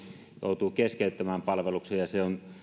joutuu keskeyttämään palveluksen ja se on